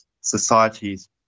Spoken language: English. societies